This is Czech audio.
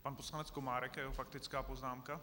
Pan poslanec Komárek a jeho faktická poznámka.